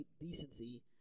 decency